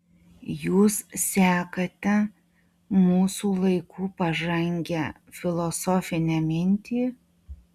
jūs sekate mūsų laikų pažangią filosofinę mintį